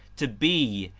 to be,